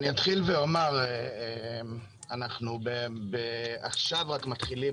אני אתחיל ואומר שרק עכשיו אנחנו מתחילים